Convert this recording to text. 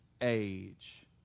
age